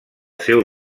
seu